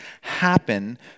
happen